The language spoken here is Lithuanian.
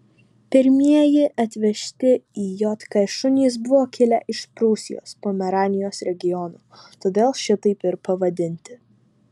pirmieji atvežti į jk šunys buvo kilę iš prūsijos pomeranijos regiono todėl šitaip ir pavadinti